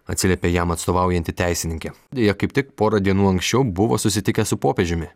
atsiliepė jam atstovaujanti teisininkė deja kaip tik porą dienų anksčiau buvo susitikęs su popiežiumi